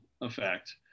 effect